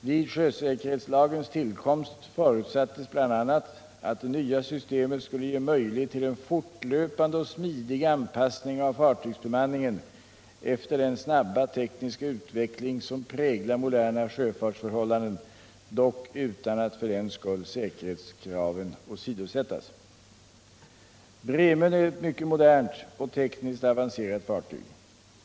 Vid sjösäkerhetslagens tillkomst förutsattes bl.a. att det nya systemet skulle ge möjlighet till en fortlöpande och smidig anpassning av fartygsbemanningen efter den snabba tekniska utveckling som präglar moderna sjöfartsförhållanden, dock utan att för den skull säkerhetskraven åsidosättes. Bremön är ett mycket modernt och tekniskt avancerat fartyg.